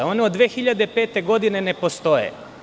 One od 2005. godine ne postoje.